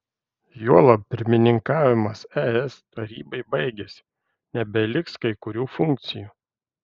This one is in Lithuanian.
juolab pirmininkavimas es tarybai baigėsi nebeliks kai kurių funkcijų